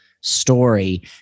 story